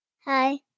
Hi